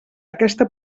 aquesta